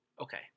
Okay